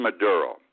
maduro